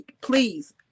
please